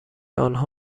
آنها